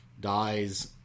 dies